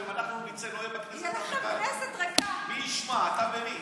היא אומרת, הבאתם 30 קרטונים והם הלכו לישון.